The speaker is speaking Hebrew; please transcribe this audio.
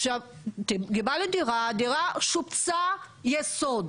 קיבלנו דירה, הדירה שופצה יסוד,